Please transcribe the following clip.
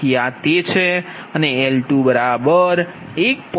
તેથી આ તે છે અને L21